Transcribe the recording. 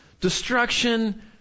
destruction